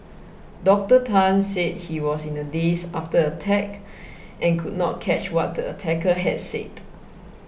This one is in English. Doctor Tan said he was in a daze after the attack and could not catch what the attacker had said